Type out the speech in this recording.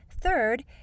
Third